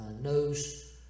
knows